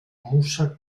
musa